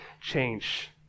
change